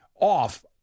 off